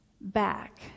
back